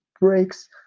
breaks